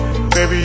Baby